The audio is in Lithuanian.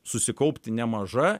susikaupti nemaža